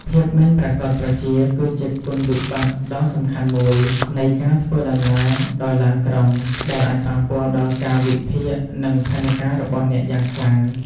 ភាពមិនប្រាកដប្រជា គឺជាគុណវិបត្តិដ៏សំខាន់មួយនៃការធ្វើដំណើរដោយឡានក្រុង ដែលអាចប៉ះពាល់ដល់កាលវិភាគ និងផែនការរបស់អ្នកយ៉ាងខ្លាំង។